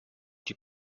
die